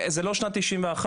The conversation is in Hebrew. זו לא שנת 1991,